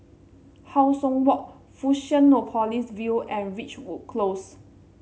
How Sun Walk Fusionopolis View and Ridgewood Close